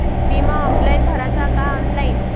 बिमा ऑफलाईन भराचा का ऑनलाईन?